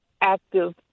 active